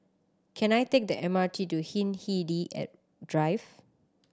can I take the M R T to Hindhede and Drive